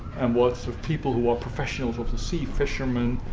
and what sort of people who are professionals of the sea fishermen,